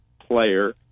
player